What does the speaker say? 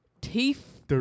Teeth